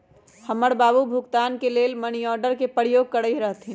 हमर बबा भुगतान के लेल मनीआर्डरे के प्रयोग करैत रहथिन